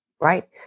right